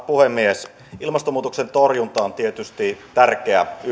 puhemies ilmastonmuutoksen torjunta on tietysti tärkeä